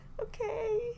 Okay